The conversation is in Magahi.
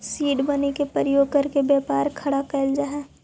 सीड मनी के प्रयोग करके व्यापार खड़ा कैल जा हई